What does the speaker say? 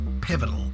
pivotal